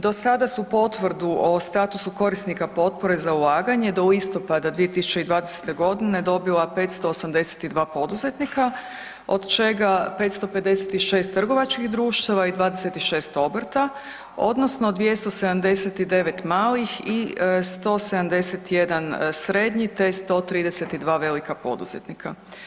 Do sada su potvrdu o statusu korisnika potpore za ulaganje do listopada 2020. g. dobila 582 poduzetnika, od čega 556 trgovačkih društava i 26 obrta odnosno 279 malih i 171 srednji te 132 velika poduzetnika.